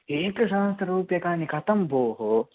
एकसहस्ररूप्यकाणि कथं भोः